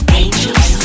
angels